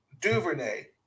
duvernay